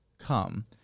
come